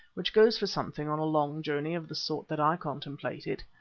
which goes for something on a long journey of the sort that i contemplated.